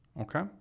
Okay